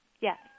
Yes